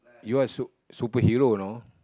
you're a sup superhero you know